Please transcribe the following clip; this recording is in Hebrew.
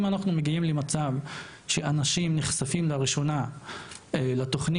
ואם אנחנו מגיעים למצב שאנשים נחשפים לראשונה לתוכנית,